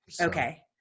Okay